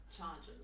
charges